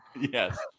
Yes